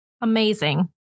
Amazing